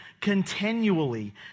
continually